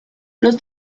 los